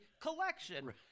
collection